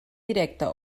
directa